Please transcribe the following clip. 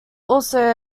also